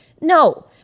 No